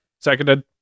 seconded